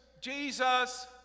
jesus